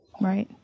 Right